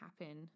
happen